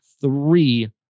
three